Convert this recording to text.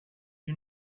you